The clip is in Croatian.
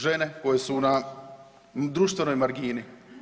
Žene koje su na društvenoj margini.